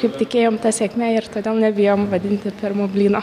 taip tikėjom ta sėkme ir todėl nebijom vadinti pirmu blynu